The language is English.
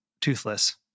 toothless